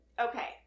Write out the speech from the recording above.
Okay